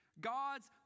God's